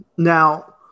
Now